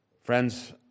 Friends